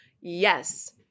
Yes